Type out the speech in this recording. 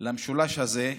למשולש הזה,